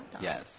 Yes